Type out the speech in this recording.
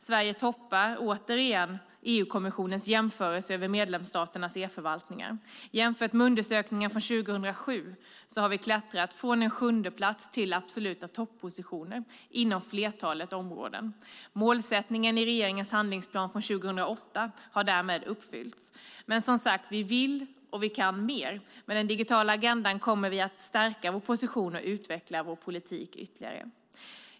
Sverige toppar återigen EU-kommissionens jämförelse över medlemsstaternas e-förvaltningar. Jämfört med undersökningen från 2007 har vi klättrat från en sjundeplats till absoluta toppositioner inom flertalet områden. Målsättningen i regeringens handlingsplan från 2008 har därmed uppfyllts. Men, som sagt, vi vill och kan mer. Med den digitala agendan kommer vi att stärka vår position och utveckla vår politik ytterligare.